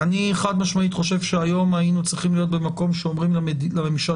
אני חד משמעית חושב שהיום היינו צריכים להיות במקום בו אומרים לממשלה